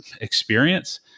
experience